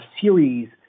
series